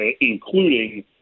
including